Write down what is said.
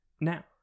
now